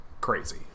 crazy